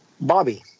Bobby